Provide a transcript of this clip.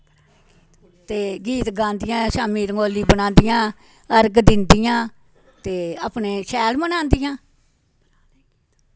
ते गीत गांदियां शामीं रंगोली बनांदियां अर्ग दिंदियां ते अपने शैल मनांदियां